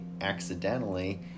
accidentally